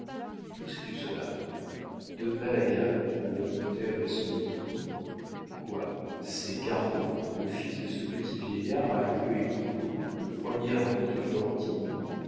d'où sais-tu cela de malaga le notaire est son milord quoi c'est cardot le fils de ce petit vieillard à queue et poudré le premier ami de florentine